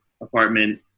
apartment